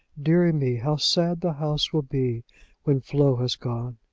deary me how sad the house will be when flo has gone.